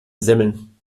semmeln